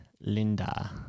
Linda